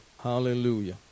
Hallelujah